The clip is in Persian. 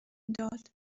داد